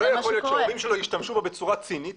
לא יכול שההורים שלו השתמשו בו בצורה צינית,